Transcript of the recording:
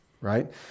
right